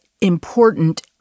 important